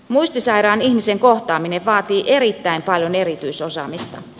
muistisairaan ihmisen kohtaaminen vaatii erittäin paljon erityisosaamista